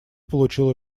получил